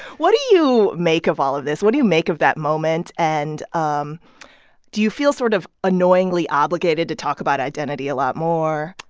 what do you make of all of this? what do you make of that moment? and um do you feel sort of annoyingly obligated to talk about identity a lot more?